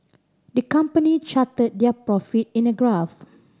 the company charted their profit in a graph